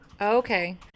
Okay